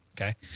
okay